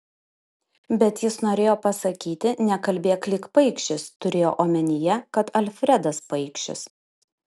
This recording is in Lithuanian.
bet jis norėjo pasakyti nekalbėk lyg paikšis turėjo omenyje kad alfredas paikšis